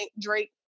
Drake